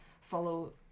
follow